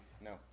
No